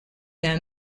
them